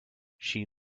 she